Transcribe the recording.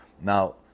Now